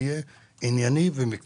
אני רוצה שהדיון יהיה ענייני ומקצועי.